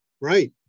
Right